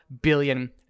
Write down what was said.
billion